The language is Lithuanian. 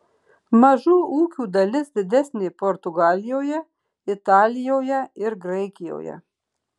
mažų ūkių dalis didesnė portugalijoje italijoje ir graikijoje